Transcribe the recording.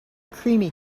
creamy